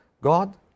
God